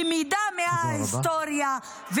למידה מההיסטוריה,